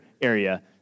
area